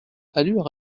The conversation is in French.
allure